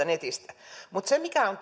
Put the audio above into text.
netistä mutta se mikä on